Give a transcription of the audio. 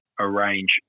arrange